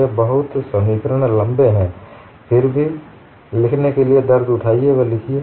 ये समीकरण बहुत लंबे हैं फिर भी लिखने के लिए दर्द उठाइये व लिखिए